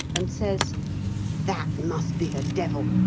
and says that must be the devil.